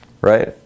Right